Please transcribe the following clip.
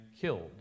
killed